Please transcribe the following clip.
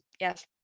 Yes